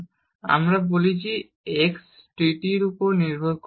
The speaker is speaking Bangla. এবং আমরা বলি যে এই x t এর উপর নির্ভর করে